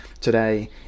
Today